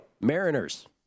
Mariners